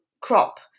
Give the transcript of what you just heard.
crop